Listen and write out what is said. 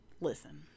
listen